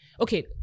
okay